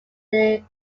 their